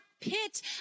pit